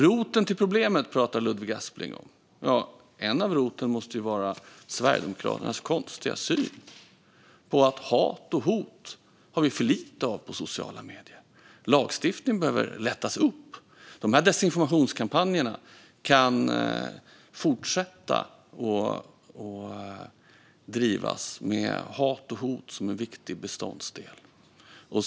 Ludvig Aspling pratar om roten till problemet. En rot måste vara Sverigedemokraternas konstiga syn på att vi har för lite av hat och hot på sociala medier och att lagstiftningen behöver lättas upp. Dessa desinformationskampanjer kan fortsätta att drivas med hat och hot som en viktig beståndsdel.